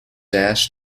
asked